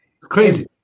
crazy